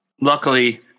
Luckily